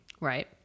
Right